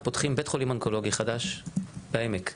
פותחים בית חולים אונקולוגי חדש בעמק,